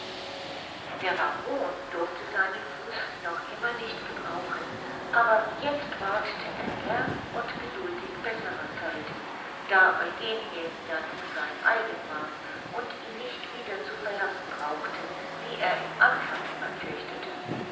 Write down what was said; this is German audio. der baron durfte seinen fuß noch immer nicht gebrauchen aber jetzt wartete er gern und geduldig besserer zeiten da eugenie ja nun sein eigen war und ihn nicht wieder zu verlassen brauchte wie er im anfang immer fürchtete